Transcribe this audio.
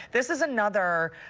this is another.